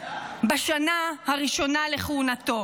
בשנה הראשונה לכהונתו?